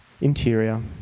interior